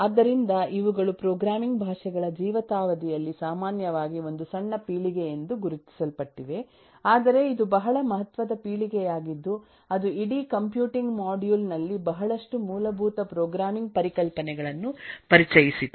ಆದ್ದರಿಂದ ಇವುಗಳು ಪ್ರೋಗ್ರಾಮಿಂಗ್ ಭಾಷೆಗಳ ಜೀವಿತಾವಧಿಯಲ್ಲಿ ಸಾಮಾನ್ಯವಾಗಿ ಒಂದು ಸಣ್ಣ ಪೀಳಿಗೆಯೆಂದು ಗುರುತಿಸಲ್ಪಟ್ಟಿವೆ ಆದರೆ ಇದು ಬಹಳ ಮಹತ್ವದ ಪೀಳಿಗೆಯಾಗಿದ್ದು ಅದು ಇಡೀ ಕಂಪ್ಯೂಟಿಂಗ್ ಮಾಡ್ಯೂಲ್ ನಲ್ಲಿ ಬಹಳಷ್ಟು ಮೂಲಭೂತ ಪ್ರೋಗ್ರಾಮಿಂಗ್ ಪರಿಕಲ್ಪನೆಗಳನ್ನು ಪರಿಚಯಿಸಿತು